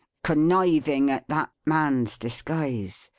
conniving at that man's disguise,